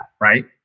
right